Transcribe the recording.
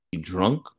drunk